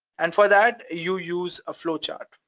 and for that, you use a flow chart,